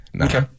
Okay